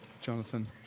Jonathan